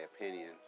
opinion